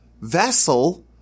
vessel